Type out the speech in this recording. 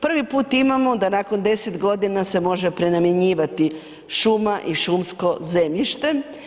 Prvi put imamo da nakon 10.g. se može prenamjenjivati šuma i šumsko zemljište.